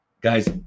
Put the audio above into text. Guys